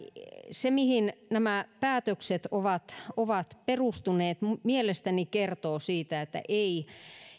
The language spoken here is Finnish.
se mihin nämä päätökset ovat ovat perustuneet mielestäni kertoo siitä että ei